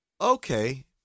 Okay